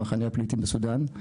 במחנה הפליטים בסודן.